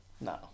No